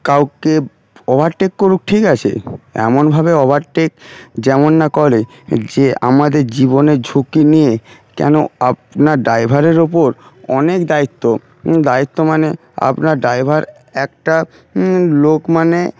কাউকে ওভারটেক করুক ঠিক আছে এমনভাবে ওভারটেক যেমন না করে যে আমাদের জীবনের ঝুঁকি নিয়ে কেন আপনার ড্রাইভারের ওপর অনেক দায়িত্ব দায়িত্ব মানে আপনার ড্রাইভার একটা লোক মানে